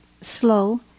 slow